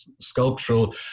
sculptural